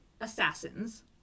assassins